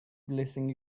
blessing